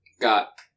got